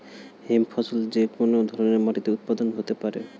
hemp ফসল যে কোন ধরনের মাটিতে উৎপাদন হতে পারে